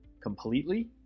completely